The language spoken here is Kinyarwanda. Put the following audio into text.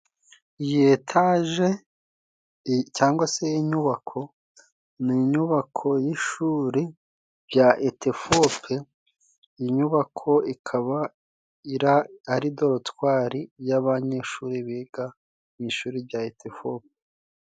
Iyi etage cyangwa se inyubako ni inyubako y'ishuri rya etefope inyubako ikaba ira ari dorotwari y'abanyeshuri biga mu ishuri rya etefope.